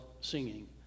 singing